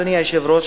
אדוני היושב-ראש,